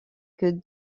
que